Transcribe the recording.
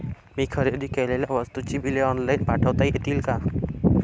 मी खरेदी केलेल्या वस्तूंची बिले ऑनलाइन पाठवता येतील का?